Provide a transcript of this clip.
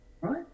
right